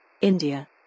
India